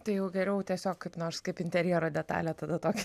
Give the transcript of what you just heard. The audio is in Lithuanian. tai jau geriau tiesiog kaip nors kaip interjero detalė tada tokį